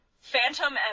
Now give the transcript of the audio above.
*Phantom*